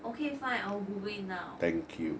okay fine I will google now